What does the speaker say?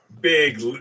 big